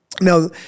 Now